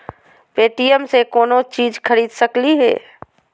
Paytm से कौनो चीज खरीद सकी लिय?